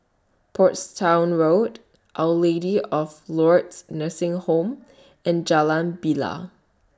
Portsdown Road Our Lady of Lourdes Nursing Home and Jalan Bilal